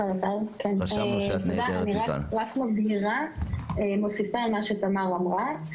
אני רק מוסיפה על מה שתמר אמרה.